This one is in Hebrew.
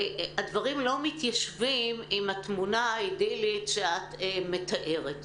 והדברים לא מתיישבים עם התמונה האידאלית שאת מתארת.